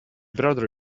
brother